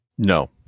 No